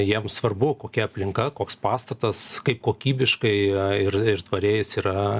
jiems svarbu kokia aplinka koks pastatas kaip kokybiškai ir tvariai jis yra